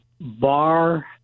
bar